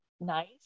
nice